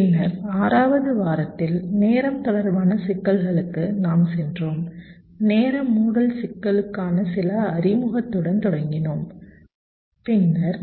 பின்னர் 6 வது வாரத்தில் நேரம் தொடர்பான சிக்கல்களுக்கு நாம் சென்றோம் நேர மூடல் சிக்கலுக்கான சில அறிமுகத்துடன் தொடங்கினோம் பின்னர்